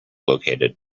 located